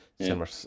similar